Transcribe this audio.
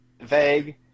vague